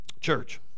Church